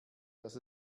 dass